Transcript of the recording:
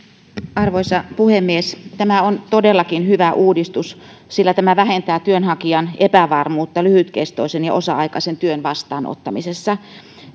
arvoisa puhemies tämä on todellakin hyvä uudistus sillä tämä vähentää työnhakijan epävarmuutta lyhytkestoisen ja osa aikaisen työn vastaanottamisessa